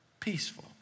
peaceful